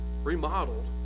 remodeled